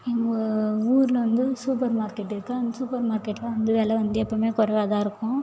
எங்கள் ஊரில் வந்து சூப்பர் மார்க்கெட் இருக்கும் அந்த சூப்பர் மார்க்கெட்டில் வந்து வெலை வந்து எப்பவும் குறைவாதான் இருக்கும்